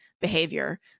behavior